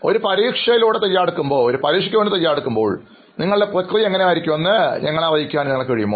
ഒരു പരീക്ഷയിലൂടെ തയ്യാറെടുക്കുമ്പോൾ നിങ്ങളുടെ പ്രക്രിയ എങ്ങനെയായിരിക്കുമെന്ന് ഞങ്ങളെ അറിയിക്കാൻ നിങ്ങൾക്ക് കഴിയുമോ